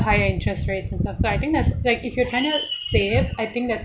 higher interest rates and stuff so I think that's like if you're trying to save I think that's